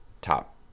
top